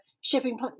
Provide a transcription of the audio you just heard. shipping